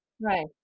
Right